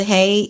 Hey